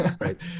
right